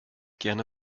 gerne